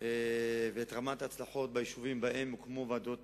ואת רמת ההצלחות ביישובים שבהם הוקמו ועדות